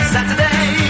Saturday